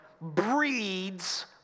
breeds